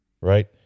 Right